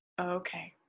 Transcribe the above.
Okay